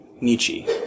Nietzsche